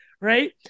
right